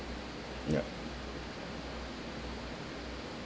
yup